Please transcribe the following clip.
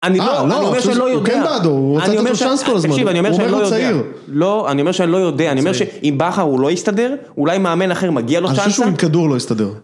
אני לא, אני אומר שאני לא יודע. הוא רוצה לתת לו צ'אנס כל הזמן. אני אומר שאני לא יודע. עם בכר הוא לא יסתדר, אולי מאמן אחר מגיע לו צ'אנס. אני חושב שהוא עם כדור לא יסתדר.